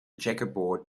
checkerboard